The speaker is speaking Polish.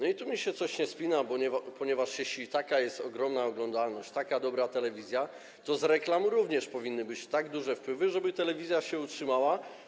I tu mi się coś nie spina, ponieważ, jeśli jest taka ogromna oglądalność, taka dobra telewizja, to z reklam również powinny być tak duże wpływy, żeby telewizja się utrzymała.